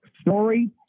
Story